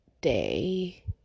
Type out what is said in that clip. day